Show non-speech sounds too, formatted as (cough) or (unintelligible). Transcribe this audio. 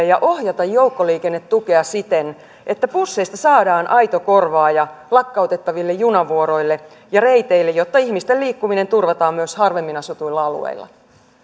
(unintelligible) ja ohjata joukkoliikennetukea siten että busseista saadaan aito korvaaja lakkautettaville junavuoroille ja reiteille jotta ihmisten liikkuminen turvataan myös harvemmin asutuilla alueilla